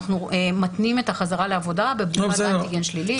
אנחנו מתנים את החזרה לעבודה בבדיקת אנטיגן שלילית.